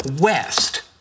west